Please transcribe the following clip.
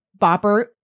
bopper